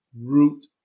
root